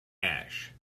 ash